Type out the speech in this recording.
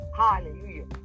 Hallelujah